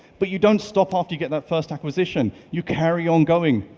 but you don't stop after you get that first acquisition. you carry on going.